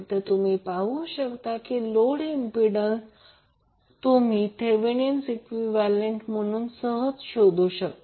तर तुम्ही पाहू शकता की लोड इम्पिडंस तुम्ही थेवेनीण इक्विवैलेन्ट काढून सहज शोधू शकता